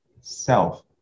self